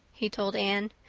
he told anne.